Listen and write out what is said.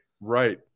Right